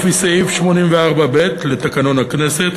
לפי סעיף 84(ב) לתקנון הכנסת,